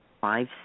five